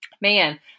man